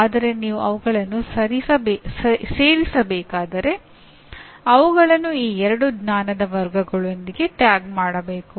ಆದರೆ ನೀವು ಅವುಗಳನ್ನು ಸೇರಿಸಬೇಕಾದರೆ ಅವುಗಳನ್ನು ಈ ಎರಡು ಜ್ಞಾನದ ವರ್ಗಗಳೊಂದಿಗೆ ಟ್ಯಾಗ್ ಮಾಡಬೇಕು